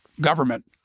government